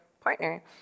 partner